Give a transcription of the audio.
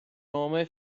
nome